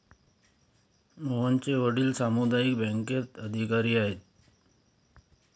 मोहनचे वडील सामुदायिक बँकेत अधिकारी आहेत